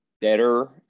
better